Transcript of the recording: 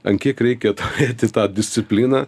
ant kiek reikia turėti tą discipliną